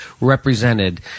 represented